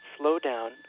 slowdown